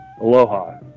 Aloha